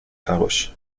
farouche